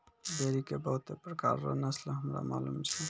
भेड़ी के बहुते प्रकार रो नस्ल हमरा मालूम छै